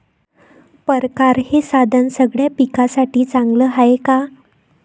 परकारं हे साधन सगळ्या पिकासाठी चांगलं हाये का?